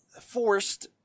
forced